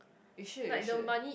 you should you should